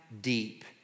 deep